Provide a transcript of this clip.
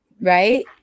right